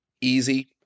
easy